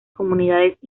comunidades